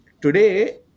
Today